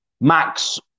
Max